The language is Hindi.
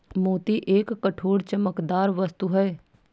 मोती एक कठोर, चमकदार वस्तु है